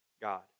God